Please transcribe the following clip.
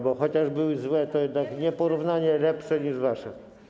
Bo chociaż były złe, to jednak nieporównanie lepsze niż wasze.